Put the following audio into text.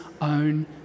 own